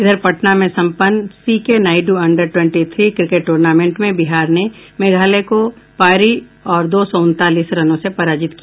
इधर पटना में सम्पन्न C K Naidu under twenty three cricket tournament में बिहार ने मेघालय को पारी और दो सौ उनतालीस रनों से पराजित किया